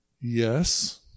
yes